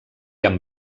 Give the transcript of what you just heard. amb